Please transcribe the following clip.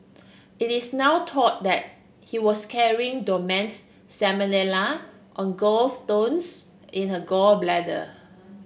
it is now thought that he was carrying dormant salmonella on gallstones in her gall bladder